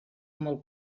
molt